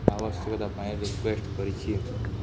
ଆବଶ୍ୟକତା ପାଇଁ ରିକ୍ୱେଷ୍ଟ କରିଛି